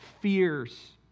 fears